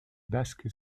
basque